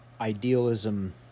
Idealism